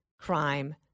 crime